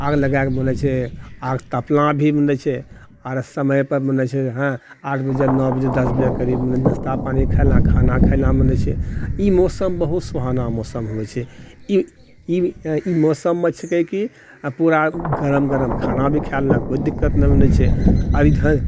आगि लगाके बोलै छै आगि तापना भी मने छै आओर समयपर मने छओ आठ बजे जायब नओ बजे दस बजे करीबमे नास्ता पानि खेलक खाना खाय लए बनै छै ई मौसम बहुत सुहाना मौसम होई छै ई ई मौसममे छैकै की गरम गरम खाना भी खा लेलक कोइ दिक्कत नहि बनै छै आओर इधर